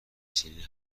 سیلین